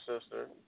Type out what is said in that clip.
sister